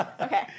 Okay